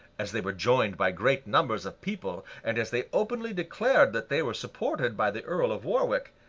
as they were joined by great numbers of people, and as they openly declared that they were supported by the earl of warwick,